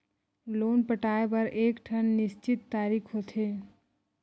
loan पटाए बर एकठन निस्चित तारीख होथे